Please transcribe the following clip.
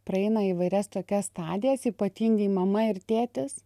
praeina įvairias tokias stadijas ypatingai mama ir tėtis